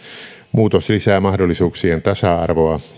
muutos lisää mahdollisuuksien tasa arvoa